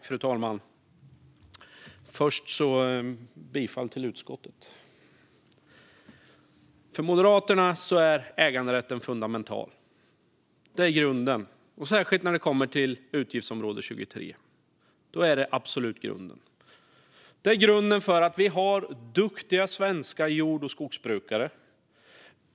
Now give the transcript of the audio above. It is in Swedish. Fru talman! Först yrkar jag bifall till utskottets förslag i betänkandet. För Moderaterna är äganderätten fundamental. Det är grunden, särskilt när det kommer till utgiftsområde 23. Då är det absolut grunden. Det är grunden eftersom vi har duktiga svenska jord och skogsbrukare.